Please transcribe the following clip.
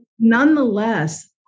Nonetheless